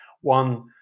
one